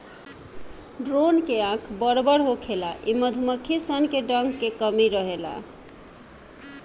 drone के आँख बड़ बड़ होखेला इ मधुमक्खी सन में डंक के कमी रहेला